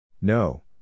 No